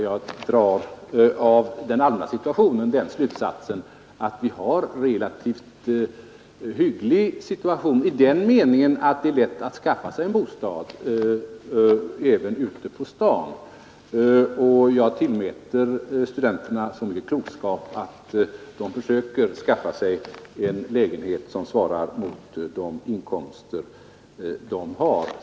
Jag drar av den allmänna situationen den slutsatsen, att det är relativt lätt att skaffa sig en bostad, även ute på staden. Jag tillmäter studenterna så mycket klokskap att de försöker skaffa sig en lägenhet som svarar mot de inkomster de har.